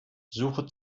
suche